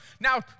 now